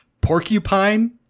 porcupine